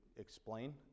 explain